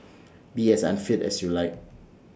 be as unfit as you like